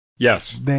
Yes